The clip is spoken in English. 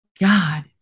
God